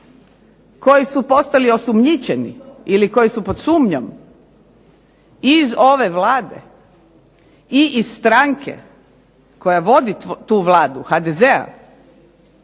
koji su postali osumnjičeni ili koji su pod sumnjom iz ove Vlade i iz stranke koja vodi tu Vladu HDZ-a